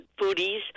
foodies